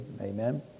amen